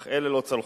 אך אלה לא צלחו.